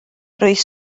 roedd